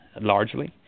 largely